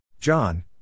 John